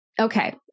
Okay